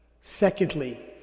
secondly